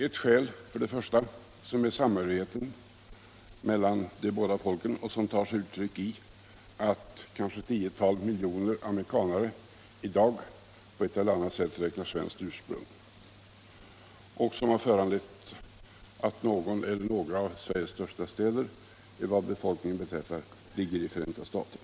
Ett skäl är samhörigheten mellan de båda folken, som tar sig uttryck i att kanske tio miljoner amerikaner på ett eller annat sätt räknar svenskt ursprung, ett förhållande som medfört att någon eller några av Sveriges största städer vad beträffar befolkningen ligger i Förenta staterna.